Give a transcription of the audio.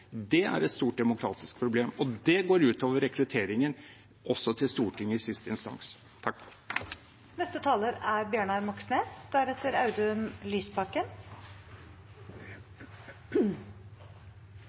Det er et stort demokratisk problem, og det går i siste instans ut over rekrutteringen også til Stortinget.